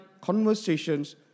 conversations